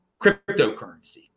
cryptocurrency